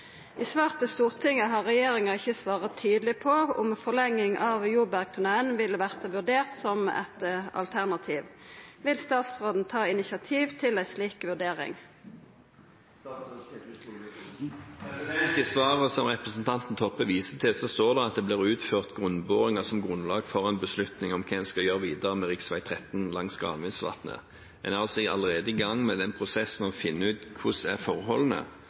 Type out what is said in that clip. I svar til Stortinget har regjeringa ikkje svara tydeleg på om forlenging av Jobergtunnelen vil verta vurdert som eit alternativ. Vil statsråden ta initiativ til ei slik vurdering?» I svaret som representanten Toppe viser til, står det at det blir utført grunnboringer som grunnlag for en beslutning om hva en skal gjøre videre med rv. 13 langs Granvinsvatnet. Vi er altså allerede i gang med prosessen med å finne ut hvordan forholdene er,